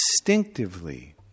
instinctively